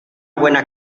buena